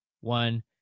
one